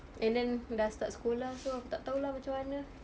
and then dah start sekolah so aku tak tahu lah macam mana